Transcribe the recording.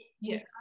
Yes